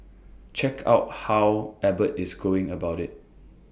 check out how Abbott is going about IT